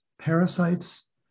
parasites